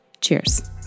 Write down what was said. Cheers